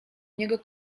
niego